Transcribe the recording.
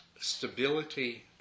Stability